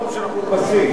אנחנו לא עוזבים את הכנסת.